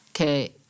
Okay